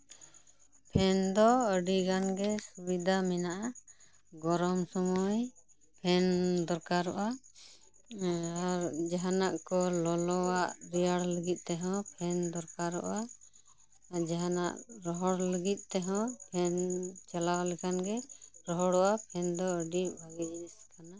fan ᱫᱚ ᱟᱹᱰᱤᱜᱟᱱ ᱜᱮ ᱥᱩᱵᱤᱫᱷᱟ ᱢᱮᱱᱟᱜᱼᱟ ᱜᱚᱨᱚᱢ ᱥᱚᱢᱚᱭ ᱯᱷᱮᱱ ᱫᱚᱨᱠᱟᱨᱚᱜᱼᱟ ᱟᱨ ᱡᱟᱦᱟᱱᱟᱜ ᱠᱚ ᱞᱚᱞᱚ ᱟᱜ ᱨᱮᱭᱟᱲ ᱞᱟᱹᱜᱤᱫ ᱛᱮᱦᱚᱸ ᱯᱷᱮᱱ ᱫᱚᱨᱠᱟᱨᱚᱜᱼᱟ ᱟᱨ ᱡᱟᱦᱟᱱᱟᱜ ᱨᱚᱦᱚᱲ ᱞᱟᱹᱜᱤᱫ ᱛᱮᱦᱚᱸ ᱯᱷᱮᱱ ᱪᱟᱞᱟᱣ ᱞᱮᱠᱷᱟᱱ ᱜᱮ ᱨᱚᱦᱚᱲᱚᱜᱼᱟ ᱯᱷᱮᱱ ᱫᱚ ᱟᱹᱰᱤ ᱵᱷᱟᱹᱜᱤ ᱡᱤᱱᱤᱥ ᱠᱟᱱᱟ